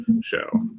show